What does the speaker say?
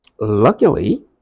luckily